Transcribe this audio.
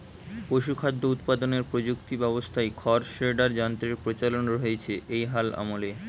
পশুখাদ্য উৎপাদনের প্রযুক্তি ব্যবস্থায় খড় শ্রেডার যন্ত্রের প্রচলন হয়েছে এই হাল আমলে